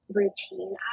routine